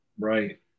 Right